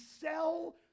sell